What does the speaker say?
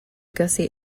gussie